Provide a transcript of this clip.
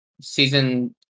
season